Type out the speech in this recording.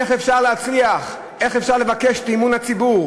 איך אפשר להצליח, איך אפשר לבקש את אמון הציבור?